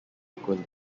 equally